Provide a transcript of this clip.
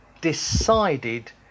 decided